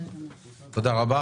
תודה רבה.